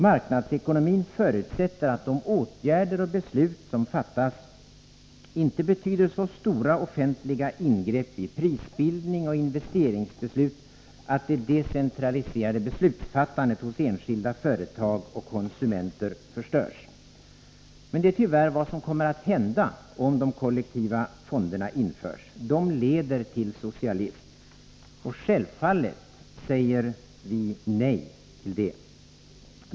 Marknadsekonomin förutsätter att de beslut om åtgärder som fattas inte betyder så stora offentliga ingrepp när det gäller prisbildning och investeringar, att det decentraliserade beslutsfattandet hos enskilda företag och konsumenter förstörs. Men det är tyvärr vad som kommer att hända, om de kollektiva fonderna införs. De leder till socialism. Och självfallet säger vi nej till det.